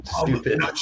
stupid